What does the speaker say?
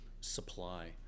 supply